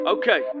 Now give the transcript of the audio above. Okay